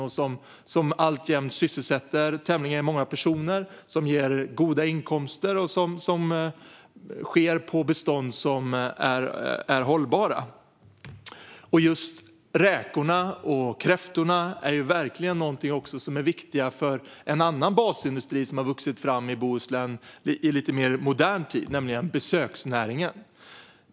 Det sysselsätter alltjämt tämligen många personer, det ger goda inkomster och det sker på bestånd som är hållbara. Just räkorna och kräftorna är verkligen viktiga för en annan basindustri som har vuxit fram i Bohuslän i lite mer modern tid, nämligen besöksnäringen.